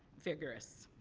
vigorous.